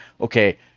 okay